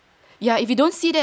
ya if you don't see that